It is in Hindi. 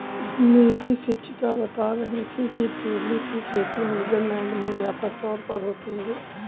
मेरी शिक्षिका बता रही थी कि ट्यूलिप की खेती नीदरलैंड में व्यापक तौर पर होती है